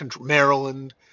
maryland